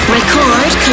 Record